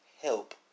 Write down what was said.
help